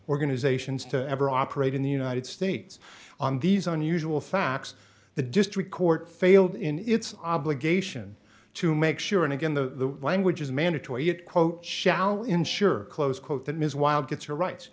organizations to ever operate in the united states on these unusual facts the district court failed in its obligation to make sure and again the language is mandatory it quote shall ensure close quote that ms while gets her rights